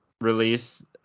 release